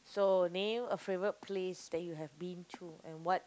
so nail a favourite place that you have been to and what